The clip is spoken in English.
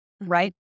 Right